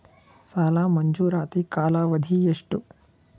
ಸಾಲ ಮಂಜೂರಾತಿ ಕಾಲಾವಧಿ ಎಷ್ಟು?